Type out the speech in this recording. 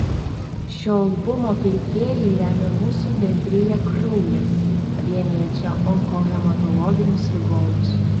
šio albumo pirkėjai remia mūsų bendriją kraujas vienijančią onkohematologinius ligonius